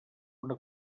una